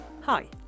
Hi